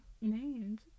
names